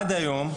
עד היום,